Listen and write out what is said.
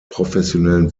professionellen